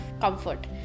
comfort